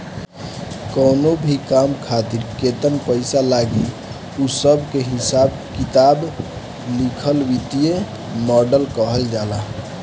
कवनो भी काम खातिर केतन पईसा लागी उ सब के हिसाब किताब लिखल वित्तीय मॉडल कहल जाला